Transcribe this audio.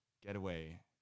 getaway